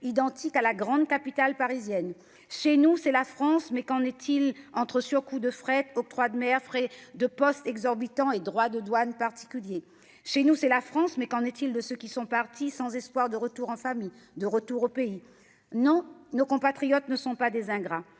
celui de la grande capitale parisienne. Chez nous, c'est la France, mais qu'en est-il vraiment, entre surcoûts de fret, octroi de mer, frais de poste exorbitants et droits de douane particuliers ? Chez nous, c'est la France, mais de ceux qui sont partis sans espoir de retour en famille, de retour au pays ? Non, nos compatriotes ne sont pas des ingrats,